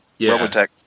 Robotech